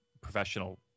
professional